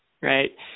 right